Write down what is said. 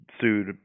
sued